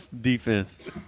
defense